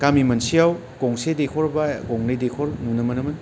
गामि मोनसेयाव गंसे दैखर बा गंनै दैखर नुनो मोनोमोन